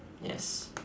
yes